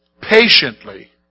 Patiently